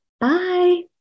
Bye